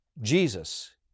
Jesus